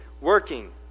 working